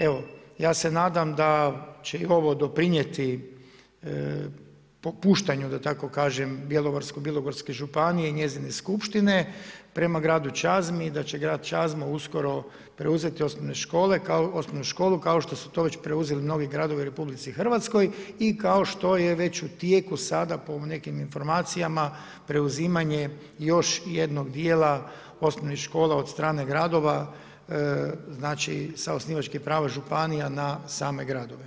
Evo ja se nadam da će i ovo doprinijeti popuštanju da tako kažem Bjelovarsko-bilogorske županije, njezine skupštine prema gradu Čazmi i da će grad Čazma uskoro preuzeti osnovne škole, osnovnu školu kao što su to već preuzeli novi gradovi u RH i kao što je već u tijeku sada po nekim informacijama preuzimanje još jednog dijela osnovnih škola od strane gradova, znači sa osnivačkim pravom županija na same gradove.